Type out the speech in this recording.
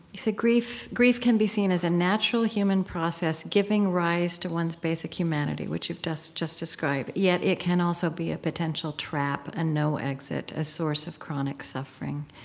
you say, grief grief can be seen as a natural human process giving rise to one's basic humanity which you've just just described yet it can also be a potential trap, a no-exit, a source of chronic suffering.